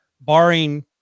barring